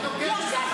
אל תדאג,